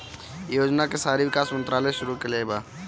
इ योजना के शहरी विकास मंत्रालय शुरू कईले बा